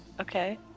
Okay